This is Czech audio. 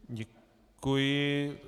Děkuji.